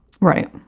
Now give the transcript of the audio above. Right